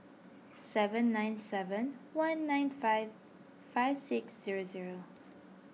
seven nine seven one nine five five six zero zero